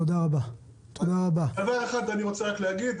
דבר אחרון אני רוצה להגיד,